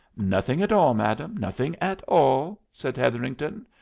nothing at all, madam, nothing at all, said hetherington.